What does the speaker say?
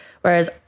Whereas